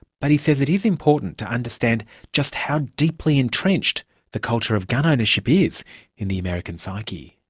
but, he says it is important to understand just how deeply entrenched the culture of gun ownership is in the american psyche.